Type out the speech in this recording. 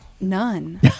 None